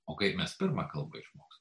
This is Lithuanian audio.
o kaip mes pirmą kalbą išmokstam